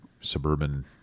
suburban